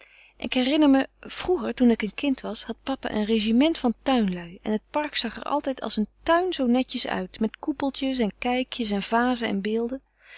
ik herinner me vroeger toen ik een kind was had papa een regiment van tuinlui en het park zag er altijd als een tuin zoo netjes uit met koepeltjes en kijkjes en vazen en beelden